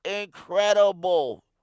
incredible